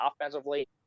offensively